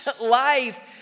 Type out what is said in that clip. life